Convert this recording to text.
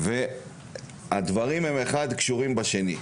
הדברים קשורים אחד בשני.